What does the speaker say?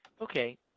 okay